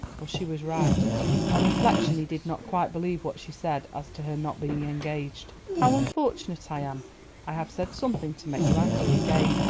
for she was right on reflection he did not quite believe what she said as to her not being engaged. how unfortunate i am i have said something to make you angry again.